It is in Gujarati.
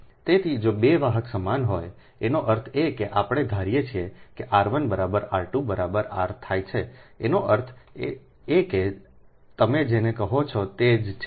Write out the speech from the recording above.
બરાબર તેથી જો 2 વાહક સમાન હોયએનો અર્થ એ કે આપણે ધારીએ છીએ કે r 1 બરાબર r 2 બરાબર r થાય છે એનો અર્થ એ કે તમે જેને કહો છો તે જ છે